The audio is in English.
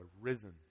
risen